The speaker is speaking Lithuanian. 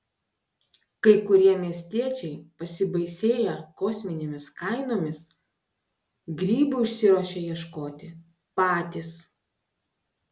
kai kurie miestiečiai pasibaisėję kosminėmis kainomis grybų išsiruošia ieškoti patys